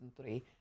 three